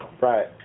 Right